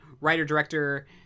writer-director